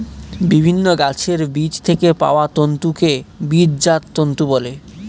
বিভিন্ন গাছের বীজ থেকে পাওয়া তন্তুকে বীজজাত তন্তু বলে